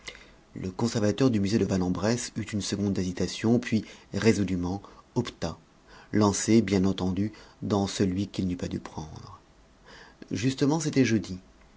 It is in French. le conservateur du musée de vanne en bresse eut une seconde d'hésitation puis résolument opta lancé bien entendu dans celui qu'il n'eût pas dû prendre justement c'était jeudi